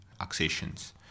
accessions